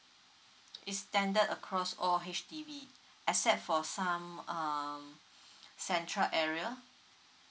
it's standard across all H_D_B except for some um central area